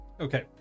Okay